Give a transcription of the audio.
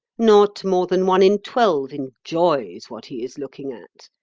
not more than one in twelve enjoys what he is looking at,